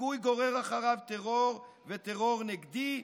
דיכוי גורר אחריו טרור וטרור נגדי.